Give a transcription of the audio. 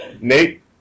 Nate